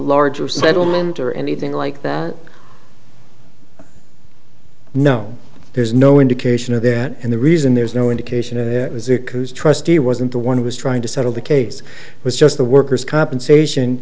larger settlement or anything like that no there's no indication of that and the reason there's no indication of it was a cruise trustee wasn't the one who was trying to settle the case it was just the workers compensation